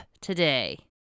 today